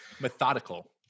Methodical